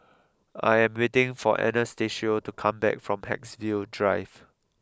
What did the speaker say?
I am waiting for Anastacio to come back from Haigsville Drive